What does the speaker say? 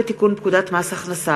הצעת חוק לתיקון פקודת מס הכנסה